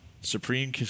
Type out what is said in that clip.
Supreme